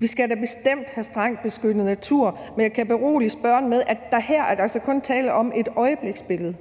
Vi skal da bestemt have strengt beskyttet natur, men jeg kan berolige spørgeren med, at her er der altså kun tale om et øjebliksbillede.